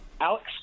Alex